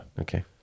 Okay